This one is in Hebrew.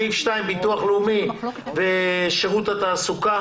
סעיף (2) ביטוח לאומי ושירות התעסוקה,